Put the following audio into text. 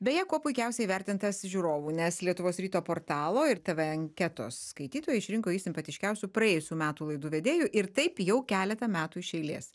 beje kuo puikiausiai įvertintas žiūrovų nes lietuvos ryto portalo ir tv anketos skaitytojai išrinko jį simpatiškiausiu praėjusių metų laidų vedėju ir taip jau keletą metų iš eilės